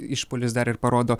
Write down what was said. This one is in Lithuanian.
išpuolis dar ir parodo